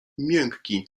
miękki